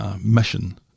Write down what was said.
Mission